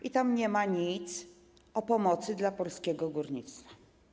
I tam nie ma nic o pomocy dla polskiego górnictwa.